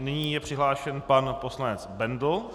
Nyní je přihlášen pan poslanec Bendl.